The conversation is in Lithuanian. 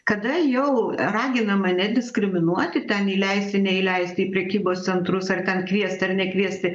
kada jau raginama nediskriminuoti ten įleisti neįleisti į prekybos centrus ar ten kviesti ar nekviesti